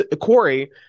corey